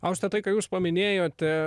auste tai ką jūs paminėjote